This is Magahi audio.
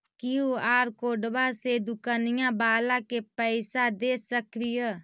कियु.आर कोडबा से दुकनिया बाला के पैसा दे सक्रिय?